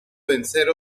vencer